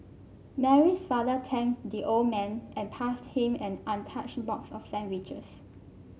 Mary's father thanked the old man and passed him an untouched box of sandwiches